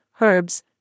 herbs